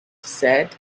said